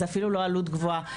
זו אפילו לא עלות גבוהה.